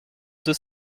deux